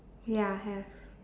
ya have